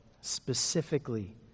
specifically